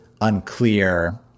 unclear